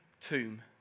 tomb